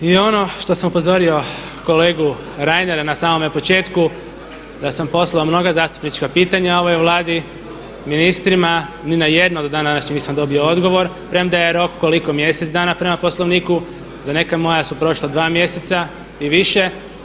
I ono što sam upozorio kolegu Reinera na samome početku, da sam poslao mnoga zastupnička pitanja ovoj Vladi, ministrima, ni na jednog dan današnji nisam dobio odgovor premda je rok, koliko mjesec dana prema Poslovniku, za neka moja su prošla dva mjeseca i više.